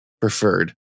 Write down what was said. preferred